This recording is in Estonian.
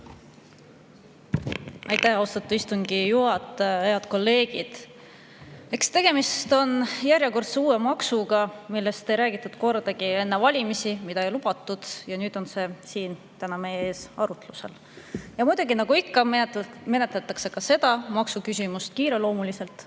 Aitäh, austatud istungi juhataja! Head kolleegid! Tegemist on järjekordse uue maksuga, millest ei räägitud kordagi enne valimisi, mida ei lubatud, aga nüüd on see siin meie ees arutlusel. Ja muidugi, nagu ikka, menetletakse seda maksuküsimust kiireloomuliselt.